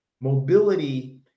Mobility